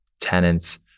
tenants